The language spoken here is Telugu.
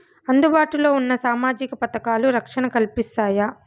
అందుబాటు లో ఉన్న సామాజిక పథకాలు, రక్షణ కల్పిస్తాయా?